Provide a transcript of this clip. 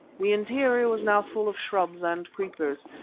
the interior was now full of shrubs and creepers,